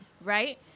Right